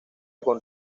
con